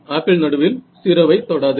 apple நடுவில் 0 வை தொடாது